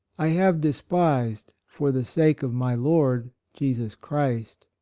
i have despised for the sake of my lord jesus christ.